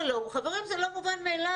חברים, זה לא מובן מאליו.